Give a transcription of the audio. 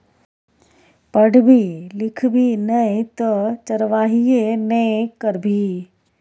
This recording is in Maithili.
पढ़बी लिखभी नै तँ चरवाहिये ने करभी